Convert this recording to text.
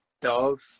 dove